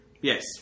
Yes